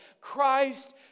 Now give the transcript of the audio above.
Christ